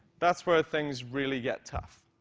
that's where things really get tough.